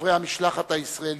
חברי המשלחת הישראלית,